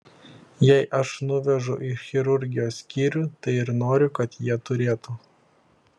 jei aš nuvežu į chirurgijos skyrių tai ir noriu kad jie turėtų